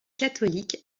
catholique